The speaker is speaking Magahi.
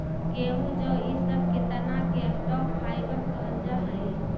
गेहूँ जौ इ सब के तना के स्टॉक फाइवर कहल जा हई